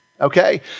okay